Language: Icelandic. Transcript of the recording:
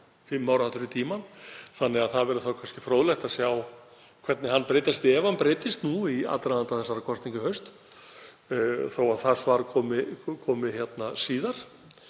fimm ár aftur í tímann, þannig að það verður þá kannski fróðlegt að sjá hvernig hann breytist, ef hann breytist nú í aðdraganda þessara kosninga í haust þó að það svar komi síðar.